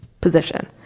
position